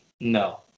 no